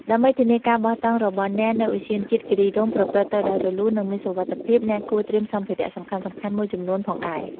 ដើម្បីធានាថាការបោះតង់របស់អ្នកនៅឧទ្យានជាតិគិរីរម្យប្រព្រឹត្តទៅដោយរលូន និងមានសុវត្ថិភាព អ្នកគួរត្រៀមសម្ភារៈសំខាន់ៗមួយចំនួនផងដែរ។